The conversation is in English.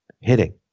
hitting